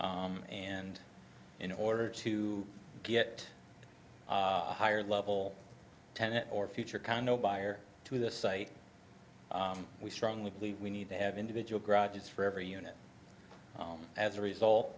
and in order to get a higher level tenet or future condo buyer to the site we strongly believe we need to have individual grudges for every unit as a result